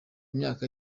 imyaka